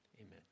amen